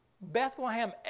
Bethlehem